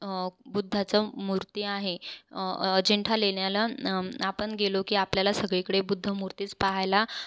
बुद्धाचं मूर्ती आहे अजिंठा लेण्याला आपण गेलो की आपल्याला सगळीकडे बुद्धमूर्तीच पाहायला